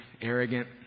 arrogant